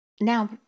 Now